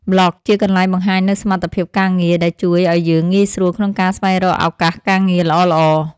យើងចង់សាកល្បងសមត្ថភាពបញ្ជា និងការគ្រប់គ្រងលំនឹងឧបករណ៍នៅក្នុងលំហអាកាស។